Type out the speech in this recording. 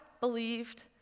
believed